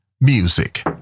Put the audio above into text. Music